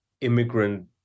immigrant